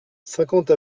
cinquante